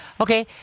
Okay